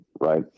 Right